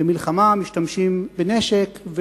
במלחמה משתמשים בנשק,